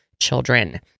Children